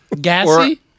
Gassy